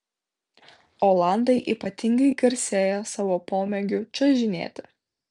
olandai ypatingai garsėja savo pomėgiu čiuožinėti